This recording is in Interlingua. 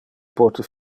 pote